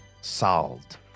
solved